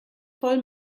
voll